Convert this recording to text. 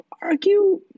argue